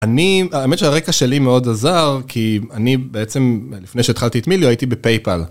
אני, האמת שהרקע שלי מאוד עזר, כי אני בעצם, לפני שהתחלתי את מיליו הייתי בפייפאל.